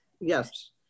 yes